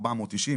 490,